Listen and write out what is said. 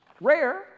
Rare